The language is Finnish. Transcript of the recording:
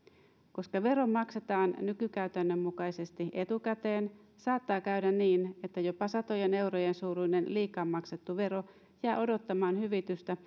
koska vero maksetaan nykykäytännön mukaisesti etukäteen saattaa käydä niin että jopa satojen eurojen suuruinen liikaa maksettu vero jää odottamaan hyvitystä